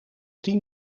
tien